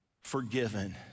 forgiven